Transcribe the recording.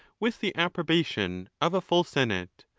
with the approbation of a full senate,